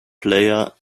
player